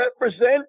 represent